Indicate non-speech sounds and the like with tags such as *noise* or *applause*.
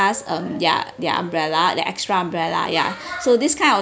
us um ya their umbrella the extra umbrella ya *breath* so this kind of